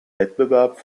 wettbewerb